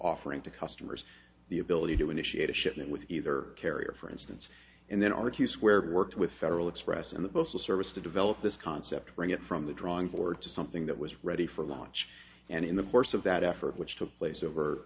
offering to customers the ability to initiate a shipment with either carrier for instance and then argue square who worked with federal express and the postal service to develop this concept bring it from the drawing board to something that was ready for launch and in the course of that effort which took place over